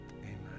Amen